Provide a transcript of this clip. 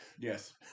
Yes